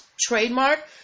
trademark